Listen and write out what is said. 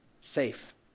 safe